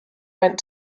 went